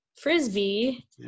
Frisbee